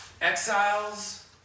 Exiles